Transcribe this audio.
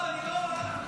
לא, לא.